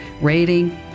rating